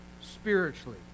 spiritually